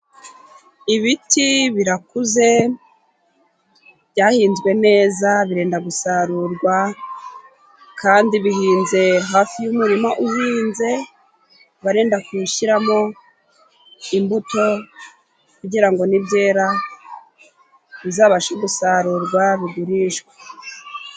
Ibiti birakuze byahinzwe neza birenda gusarurwa, kandi bihinze hafi y'umurima uhinze benda gushyiramo imbuto, kugira ngo nibyera bizabashe gusarurwa bigurishwe.